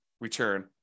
return